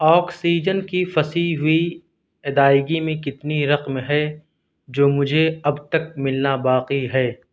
oxygen کی پھسی ہوئی ادائیگی میں کتنی رقم ہے جو مجھے اب تک ملنا باقی ہے